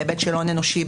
בהיבט של הון אנושי,